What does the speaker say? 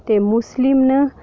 ते मुस्लिम न